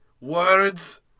Words